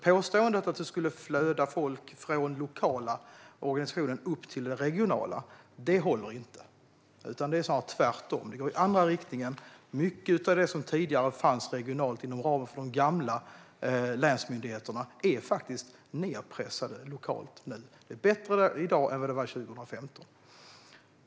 Påståendet att det skulle flöda folk från den lokala organisationen upp till den regionala håller inte. Det är snarare tvärtom. Det går i andra riktningen. Mycket av det som tidigare fanns regionalt inom ramen för de gamla länsmyndigheterna är faktiskt nedpressat lokalt. Det är bättre i dag än vad det var 2015.